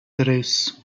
tres